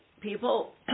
people